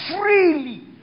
freely